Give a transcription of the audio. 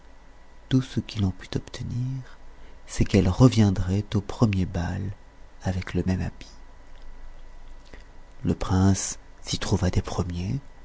tout ce qu'il en put obtenir c'est qu'elle reviendrait au premier bal avec le même habit le prince s'y trouva des premiers